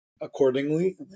accordingly